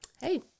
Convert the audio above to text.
Hey